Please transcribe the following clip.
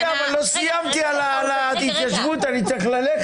רגע, אבל לא סיימתי על ההתיישבות, אני צריך ללכת.